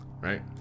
Right